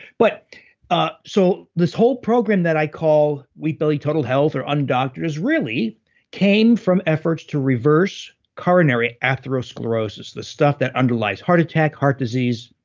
but ah so, this whole program that i call wheat belly total health or undoctored really came from efforts to reverse coronary atherosclerosis, the stuff that underlies heart attack heart disease,